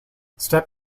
step